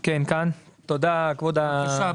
בבקשה,